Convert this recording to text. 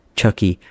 Chucky (